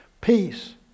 peace